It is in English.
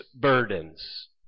burdens